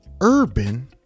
urban